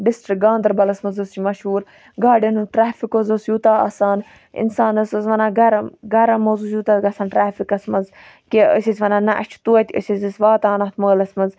district گانٛدَربَلَس مَنٛز حظ چھُ مَشوٗر گاڑٮ۪ن ہُنٛد ٹریفِک حظ اوس یوٗتاہ آسان اِنسان حظ اوس وَنان گَرَم گَرَم حظ اوس یوٗتاہ گَژھان ٹریفِکَس مَنٛز کہِ أسۍ ٲسۍ وَنان نہَ اَسہ چھُ توتہِ أسۍ حظ ٲسۍ واتان اتھ مٲلَس مَنٛز